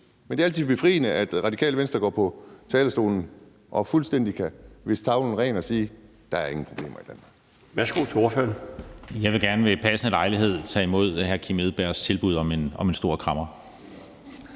Men det er altid befriende, at Radikale Venstre går på talerstolen og fuldstændig kan viske tavlen ren og sige, at der ikke er nogen problemer i Danmark.